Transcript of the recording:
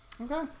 Okay